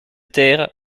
terre